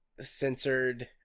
censored